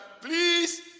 Please